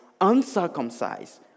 uncircumcised